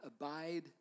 Abide